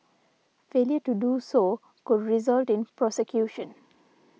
failure to do so could result in prosecution